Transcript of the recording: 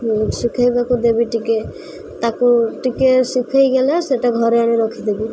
ଶୁଖାଇବାକୁ ଦେବି ଟିକେ ତାକୁ ଟିକେ ଶୁଖି ଗଲେ ସେଇଟା ଘରେ ଆଣି ରଖିଦେବି